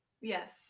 Yes